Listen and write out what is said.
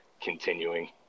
continuing